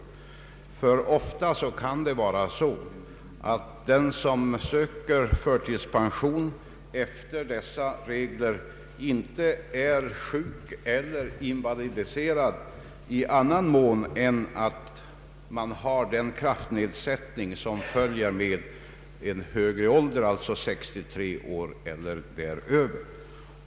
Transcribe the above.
Ofta kan det nämligen vara så att den som söker förtidspension efter dessa regler inte är sjuk eller invalidiserad i annan mån än att han har den kraftnedsättning som följer med en högre ålder, alltså 63 år eller däröver.